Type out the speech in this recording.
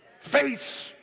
face